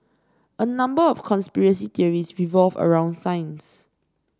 a number of conspiracy theories revolve around science